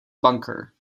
bunker